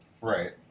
Right